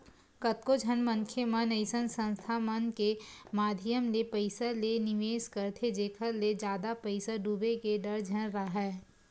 कतको झन मनखे मन अइसन संस्था मन के माधियम ले पइसा के निवेस करथे जेखर ले जादा पइसा डूबे के डर झन राहय